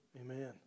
Amen